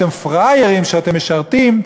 אתם פראיירים שאתם משרתים,